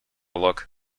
look